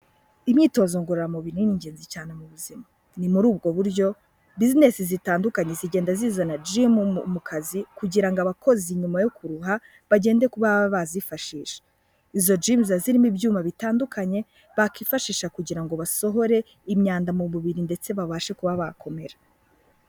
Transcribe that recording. Imyitozo ngororamubiri ni ingenzi cyane mu buzima, ni muri ubwo buryo business zitandukanye zigenda zizana gym mu kazi kugira ngo abakozi nyuma yo kuruha bagende ku bazifashisha, izo gym ziba zirimo ibyuma bitandukanye bakifashisha kugira ngo basohore imyanda mu mubiri ndetse babashe kuba bakomera.